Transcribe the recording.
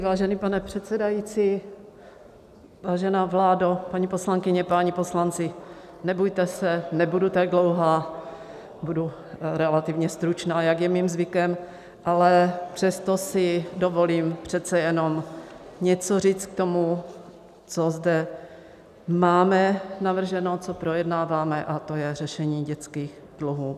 Vážený pane předsedající, vážená vládo, paní poslankyně, páni poslanci, nebojte se, nebudu tak dlouhá, budu relativně stručná, jak je mým zvykem, ale přesto si dovolím přece jenom něco říct k tomu, co zde máme navrženo, co projednáváme, a to je řešení dětských dluhů.